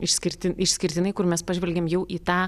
išskirti išskirtinai kur mes pažvelgiam jau į tą